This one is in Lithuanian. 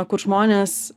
kur žmonės